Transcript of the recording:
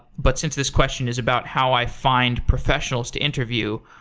but since this question is about how i find professionals to interview,